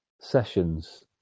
sessions